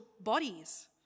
bodies